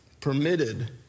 permitted